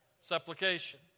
supplication